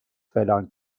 فلان